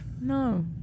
No